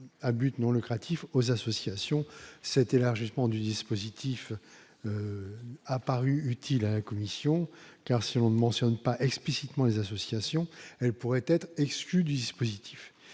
à but non lucratif, aux associations, cette élargissement du dispositif apparu utile à la Commission, car si on ne mentionne pas explicitement les associations pourraient être exclus du dispositif,